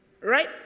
Right